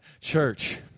church